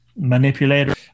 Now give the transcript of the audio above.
manipulator